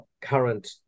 current